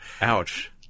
Ouch